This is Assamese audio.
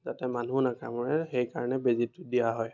যাতে মানুহ নাকামোৰে সেই কাৰণে বেজিটো দিয়া হয়